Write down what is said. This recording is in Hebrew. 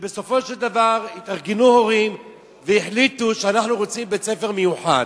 שבסופו של דבר התארגנו הורים והחליטו: אנחנו רוצים בית-ספר מיוחד.